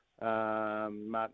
Martin